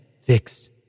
fix